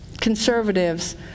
conservatives